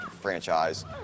franchise